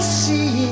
see